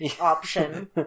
option